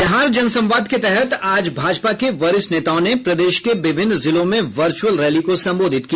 बिहार जन संवाद के तहत आज भाजपा के वरिष्ठ नेताओं ने प्रदेश के विभिन्न जिलों में वर्चुअल रैली को संबोधित किया